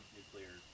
nuclear